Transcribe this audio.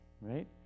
Right